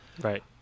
Right